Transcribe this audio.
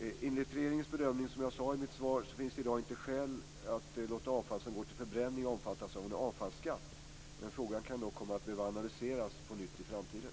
Enligt regeringens bedömning finns det i dag, som jag sade i mitt svar, inte skäl att låta avfall som går till förbränning omfattas av en avfallsskatt. Den frågan kan dock komma att behöva analyseras på nytt i framtiden.